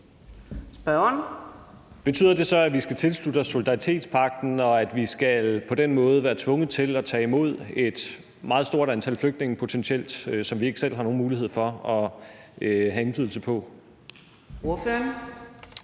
(S): Betyder det så, at vi skal tilslutte os solidaritetspagten, og at vi på den måde skal være tvunget til at tage imod et potentielt meget stort antal flygtninge – et antal, som vi ikke selv har nogen mulighed for at have indflydelse på? Kl.